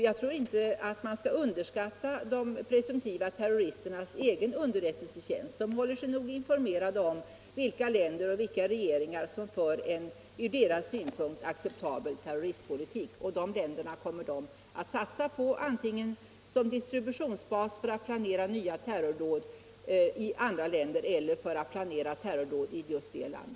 Jag tror inte att man skall underskatta de presumtiva terroristernas egen underrättelsetjänst. De håller sig nog informerade om vilka länder och vilka regeringar som för en ur deras synpunkt acceptabel terroristpolitik, och de länderna kommer de att satsa på antingen som distributionsbas för att planera nya terrordåd i andra länder eller för att planera terrordåd i resp. land.